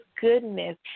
goodness